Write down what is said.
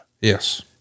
Yes